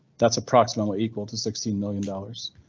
that's approximately equal to sixteen million dollars.